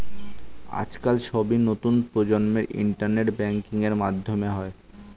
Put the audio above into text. আজকাল সবই নতুন প্রজন্মের ইন্টারনেট ব্যাঙ্কিং এর মাধ্যমে হয়